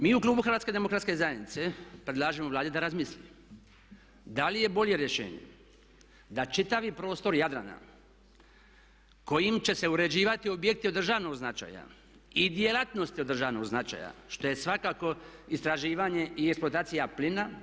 Mi u klubu HDZ-a predlažemo Vladi da razmisli da li je bolje rješenje da čitavi prostor Jadrana kojim će se uređivati objekti od državnog značaja i djelatnosti od državnog značaja što je svakako istraživanje i eksploatacija plina.